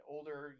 Older